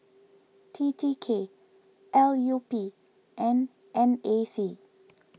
T T K L U P and N A C